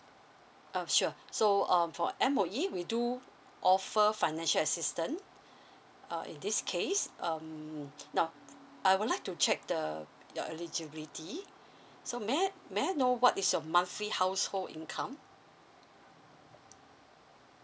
uh sure so um for M_O_E we do offer financial assistant uh in this case um now I would like to check the your eligibility so may I may I know what is your monthly household income